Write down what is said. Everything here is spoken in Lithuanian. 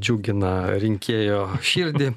džiugina rinkėjo širdį